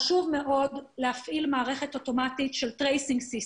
חשוב מאוד להפעיל מערכת אוטומטית של tracing system,